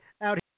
out